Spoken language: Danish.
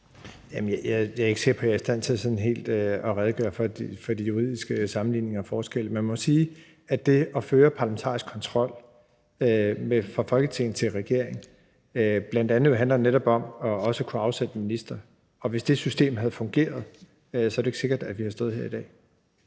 jeg er i stand til helt at redegøre for de juridiske sammenligninger og forskelle, men man må sige, at det at føre parlamentarisk kontrol fra Folketinget med regeringen jo bl.a. netop handler om også at kunne afsætte en minister, og hvis det system havde fungeret, er det ikke sikkert, at vi har stået her i dag.